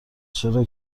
چرا